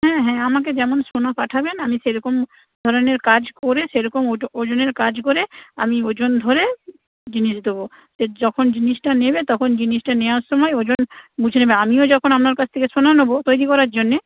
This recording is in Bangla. হ্যাঁ হ্যাঁ আমাকে যেমন সোনা পাঠাবেন আমি সেরকম ধরনের কাজ করে সেরকম ওজনের কাজ করে আমি ওজন ধরে জিনিস দেবো যখন জিনিসটা নেবে তখন জিনিসটা নেওয়ার সময় ওজন বুঝে নেবে আমিও যখন আপনার কাছ থেকে সোনা নেবো তৈরি করার জন্যে